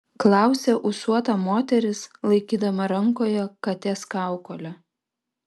klausia ūsuota moteris laikydama rankoje katės kaukolę